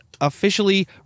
officially